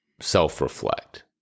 self-reflect